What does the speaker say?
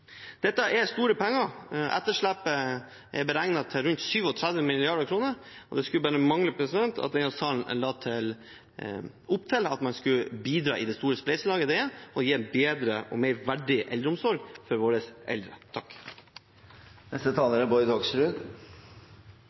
Dette er mye penger. Etterslepet er beregnet til rundt 37 mrd. kr, og det skulle bare mangle at denne salen ikke la opp til at man skulle bidra i det store spleiselaget det er å gi våre eldre en bedre og mer verdig eldreomsorg. Av og til i debatter kan det være greit med fakta og redelighet. Da er